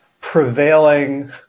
prevailing